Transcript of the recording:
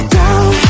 down